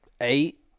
eight